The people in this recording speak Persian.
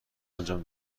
انجام